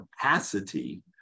capacity